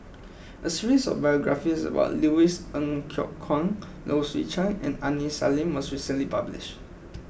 a series of biographies about Louis Ng Kok Kwang Low Swee Chen and Aini Salim was recently published